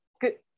good